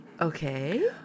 Okay